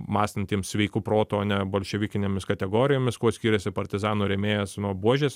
mąstantiems sveiku protu o ne bolševikinėmis kategorijomis kuo skiriasi partizanų rėmėjas nuo buožės